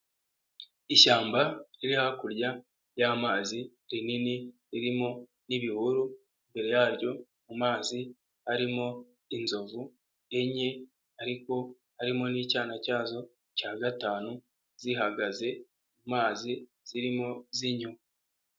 Ishyamba riri hakurya y'amazi rinini ririmo n'ibihuru, imbere yaryo mu mazi arimo inzovu enye ariko harimo n'icyana cyazo cya gatanu, zihagaze mu mazi zirimo zinywa.